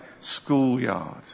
schoolyard